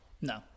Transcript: No